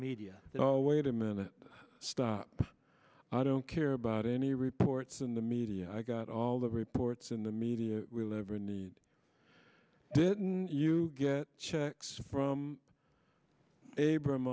media oh wait a minute stop i don't care about any reports in the media i got all the reports in the media will ever need didn't you get checks from a b